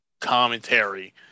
commentary